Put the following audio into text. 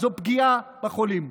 זו פגיעה בחולים.